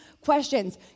questions